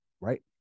Right